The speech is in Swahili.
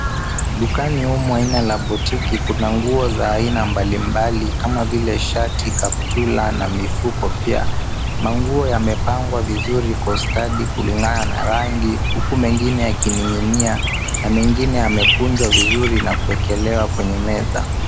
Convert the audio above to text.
Dukani humu aina ya butiki kuna nguo za aina mbalimbali kama vile shati, kaptula na mifuko pia. Manguo yamepangwa vizuri kwa ustadi kulingana na rangi huku mengine yakining'inia na mengine yamekunjwa vizuri na kukelewa kwenye meza.